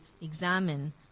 examine